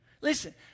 Listen